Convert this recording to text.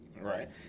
Right